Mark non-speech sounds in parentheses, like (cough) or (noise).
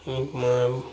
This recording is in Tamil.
(unintelligible)